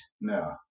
No